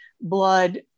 blood